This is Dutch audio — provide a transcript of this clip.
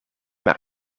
maar